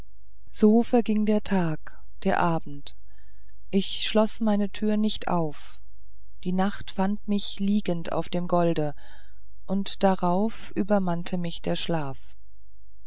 so verging der tag der abend ich schloß meine tür nicht auf die nacht fand mich liegend auf dem golde und darauf übermannte mich der schlaf